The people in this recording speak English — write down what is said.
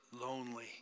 lonely